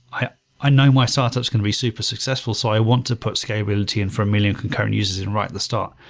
i i know my startups can be super successful, so i want to put scalability in for a million concurrent users and right at the start.